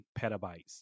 petabytes